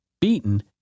beaten